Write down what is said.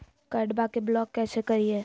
कार्डबा के ब्लॉक कैसे करिए?